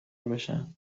بشن